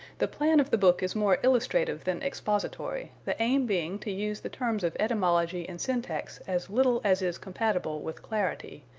the plan of the book is more illustrative than expository, the aim being to use the terms of etymology and syntax as little as is compatible with clarity,